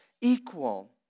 equal